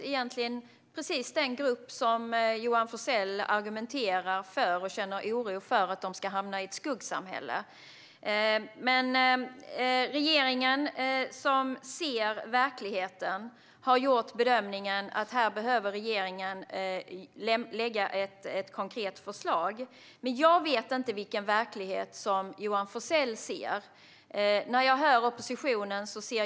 Det är egentligen precis den grupp personer som Johan Forssell argumenterar för - han känner oro för att de ska hamna i ett skuggsamhälle. Men regeringen, som ser verkligheten, har gjort bedömningen att regeringen här behöver lägga fram ett konkret förslag. Jag vet inte vilken verklighet som Johan Forssell ser. Jag hör oppositionen.